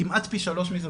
כמעט פי שלוש מזה,